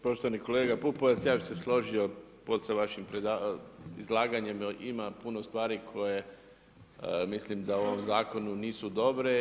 Poštovani kolega Pupovac, ja bih se složio sa vašim izlaganjem, ima puno stvari koje mislim da u ovom zakonu nisu dobre.